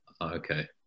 okay